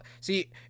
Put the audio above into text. see